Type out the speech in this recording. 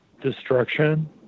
destruction